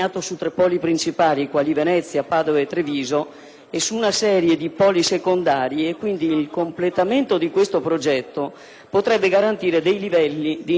e su una serie di poli secondari. Quindi, il completamento di questo progetto potrebbe garantire livelli di integrazione territoriale e di prestazioni di trasporto